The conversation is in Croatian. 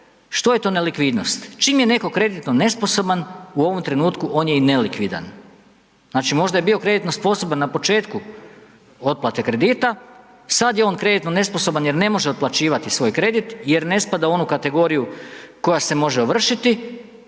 Što je to nelikvidnost? Čim je neko kreditno nesposoban u ovom trenutku on je i nelikvidan. Znači, možda je bio kreditno sposoban na početku otplate kredita, sad je on kreditno nesposoban jer ne može otplaćivati svoj kredit jer ne spada u onu kategoriju koja se mora ovršiti